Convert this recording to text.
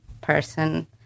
person